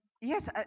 Yes